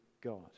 God